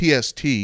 pst